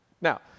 Now